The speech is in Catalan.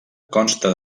consta